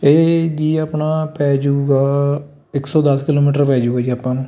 ਇਹ ਜੀ ਆਪਣਾ ਪੈ ਜੂਗਾ ਇੱਕ ਸੌ ਦਸ ਕਿੱਲੋਮੀਟਰ ਪੈ ਜੂਗਾ ਜੀ ਆਪਾਂ ਨੂੰ